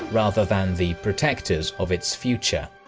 rather than the protectors of its future.